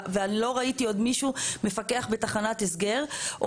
ואני לא ראיתי עוד מפקח בתחנת הסגר או